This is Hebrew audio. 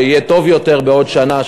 שיהיה טוב יותר בעוד שנה,